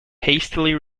hastily